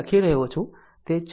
4 ix છે